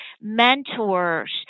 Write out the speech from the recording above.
mentors